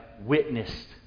witnessed